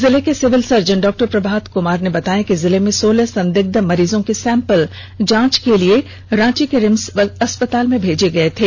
जिले के civil surgeon डॉ प्रभात कुमार ने बताया कि जिले से सोलह संदिग्ध मरीजों के सैंपल जांच के लिए रांची के रिम्स अस्पताल में भेजे गये थे